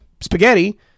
spaghetti